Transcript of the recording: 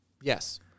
Yes